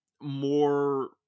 more